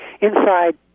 inside